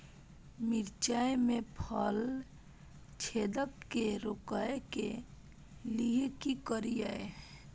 मिर्चाय मे फल छेदक के रोकय के लिये की करियै?